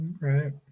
Right